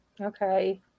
Okay